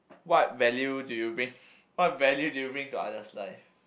what value do you bring what value do you bring to other's life